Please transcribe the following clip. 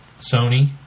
Sony